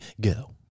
go